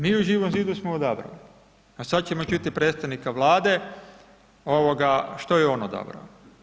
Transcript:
Mi u Živom zidu smo odabrali a sada ćemo čuti predstavnika Vlada što je on odabrao.